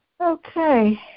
Okay